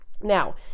Now